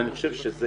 אני חושב שזה